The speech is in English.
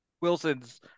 Wilson's